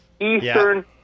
Eastern